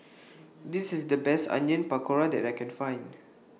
This IS The Best Onion Pakora that I Can Find